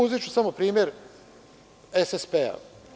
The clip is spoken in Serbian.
Uzeći su samo primer SSP.